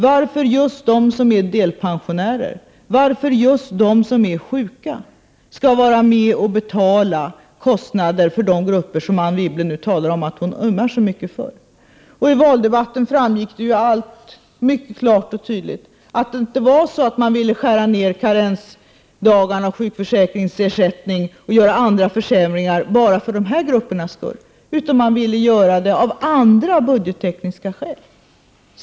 Varför skall just de som är delpensionärer och de som är sjuka vara med och betala kostnader för de grupper som Anne Wibble nu talar om att hon ömmar så mycket för? I valdebatten framgick det klart och tydligt att man inte ville skära ned på karensdagar och sjukförsäkringsersättning och göra andra försämringar bara för dessa gruppers skull, utan man ville göra det av andra budgettekniska skäl.